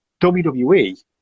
wwe